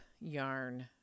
yarn